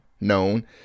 known